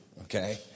okay